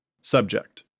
Subject